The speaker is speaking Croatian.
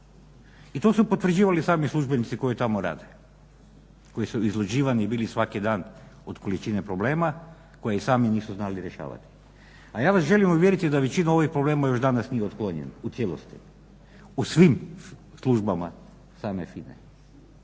I to su potvrđivali sami službenici koji tamo rade koji su izluđivani bili svaki dan od količine problema koje sami nisu znali rješavati. A ja vas želim uvjeriti da većina ovih problema još ni danas nije otklonjeno u cijelosti u svim službama same FINA-e.